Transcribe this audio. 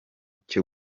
cyo